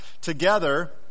Together